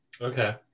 Okay